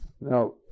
Now